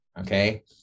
okay